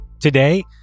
Today